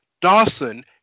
Dawson